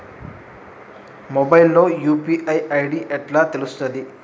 Mobile లో UPI ID ఎట్లా తెలుస్తది?